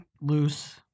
loose